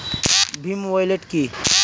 Bhim wallet কি?